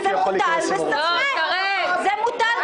או שהטעו אותו כשהוא נתן אישור או ------ זה לא ברור,